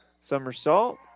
Somersault